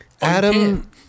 Adam